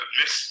Miss